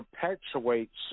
perpetuates